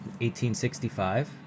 1865